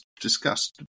discussed